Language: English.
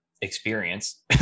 experience